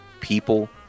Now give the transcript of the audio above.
people